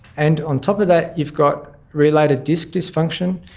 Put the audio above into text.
and on top of that you've got related disc dysfunction,